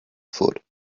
foot